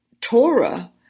Torah